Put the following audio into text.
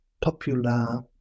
Popular